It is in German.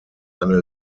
eine